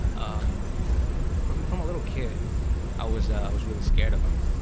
um from from a little kid i was i was really scared of him.